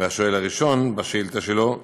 והשואל הראשון בשאילתה שלו: